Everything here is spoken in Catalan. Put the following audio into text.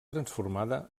transformada